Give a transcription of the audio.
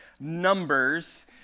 Numbers